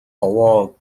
овоо